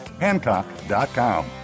Hancock.com